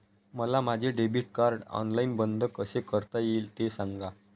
मला माझे debit card online बंद कसे करता येईल, ते सांगा